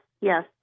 yes